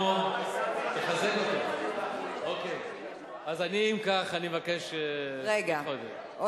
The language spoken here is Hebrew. אז אם כך, אני מבקש לדחות את זה.